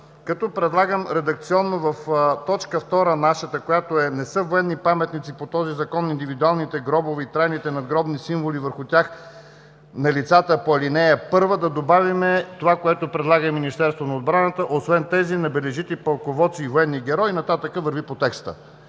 като предлагам редакционно в т. 2 нашата, която е „не са военни паметници по този закон индивидуалните гробове и трайните надгробни символи върху тях на лицата по ал. 1“ да добавим, което предлага и Министерство на отбраната: „освен тези на бележити пълководци и военни герои“, нататък върви по текста.